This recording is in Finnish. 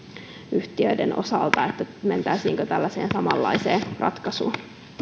yhtiöiden osalta sitä mentäisiinkö tällaiseen samanlaiseen ratkaisuun